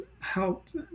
helped